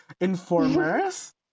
informers